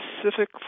specific